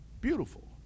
beautiful